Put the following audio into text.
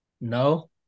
No